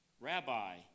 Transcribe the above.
Rabbi